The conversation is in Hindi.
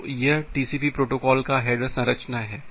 तो यह टीसीपी प्रोटोकॉल की हेडर संरचना है